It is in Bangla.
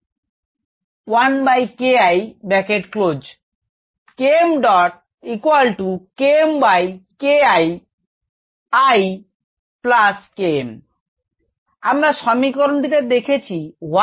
Km হবে KmKm1IKI KmKmKII Km আমরা সমীকরণটি তে দেখেছি y mx c